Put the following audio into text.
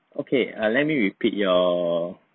okay err let me repeat your